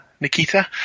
Nikita